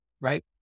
right